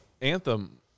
anthem